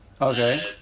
Okay